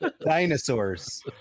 dinosaurs